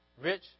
rich